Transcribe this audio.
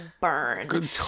burn